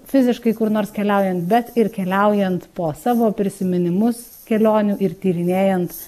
fiziškai kur nors keliaujant bet ir keliaujant po savo prisiminimus kelionių ir tyrinėjant